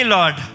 Lord